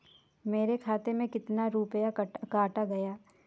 मेरे खाते से कितना रुपया काटा गया है?